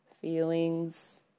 feelings